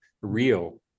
real